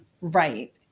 right